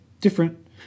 Different